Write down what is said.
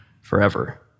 forever